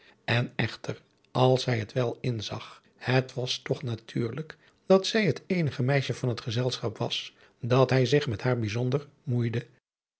en echter als zij het wel inzag het was toch natuurlijk daar zij het eenige meisje van het gezelschap was dat hij zich met haar bijzonder moeide